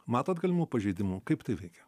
matot galimų pažeidimų kaip tai veikia